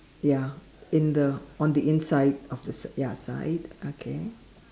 ya in the on the inside of the s~ ya side okay